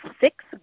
six